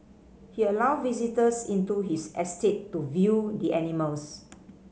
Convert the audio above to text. he allowed visitors into his estate to view the animals